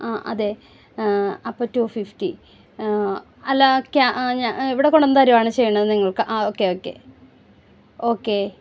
ആ അതെ അപ്പം ടു ഫിഫ്റ്റി അല്ല ഇവിടെ കൊണ്ടുവന്ന് തരുവാണോ ചെയ്യുന്നത് നിങ്ങൾക്ക് ആ ഓക്കേ ഓക്കേ ഓക്കേ